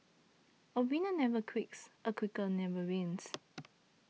a winner never quits a quitter never wins